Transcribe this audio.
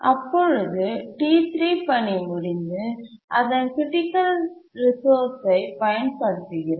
அப்பொழுது T3 பணி முடிந்து அதன் க்ரிட்டிக்கல் ரிசோர்ஸ் ஐ பயன்படுத்துகிறது